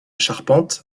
charpente